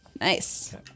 Nice